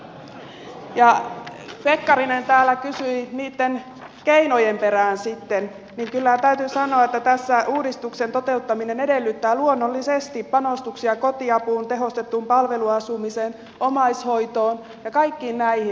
kun pekkarinen täällä kysyi niitten keinojen perään sitten niin kyllä täytyy sanoa että tässä uudistuksen toteuttaminen edellyttää luonnollisesti panostuksia kotiapuun tehostettuun palveluasumiseen omaishoitoon ja kaikkiin näihin